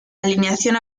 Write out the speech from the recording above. alineación